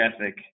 ethic